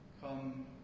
Come